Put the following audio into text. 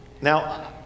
now